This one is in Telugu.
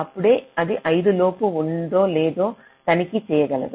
అప్పుడే అది 5 నిమిషాలు లోపు ఉందో లేదో మీరు తనిఖీ చేయగలరు